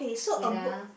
wait ah